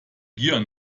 gier